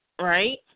right